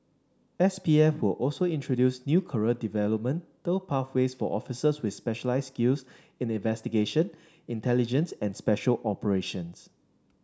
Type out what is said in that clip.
S P F will also introduce new career developmental pathways for officers with specialised skills in investigation intelligence and special operations